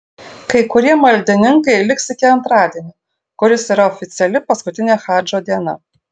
kai kurie maldininkai liks iki antradienio kuris yra oficiali paskutinė hadžo diena